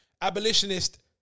Abolitionist